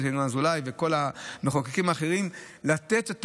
חבר הכנסת ינון אזולאי ולכל המחוקקים האחרים לתת את